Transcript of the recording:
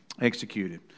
executed